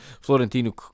Florentino